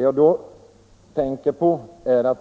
Jag tänker då bl.a.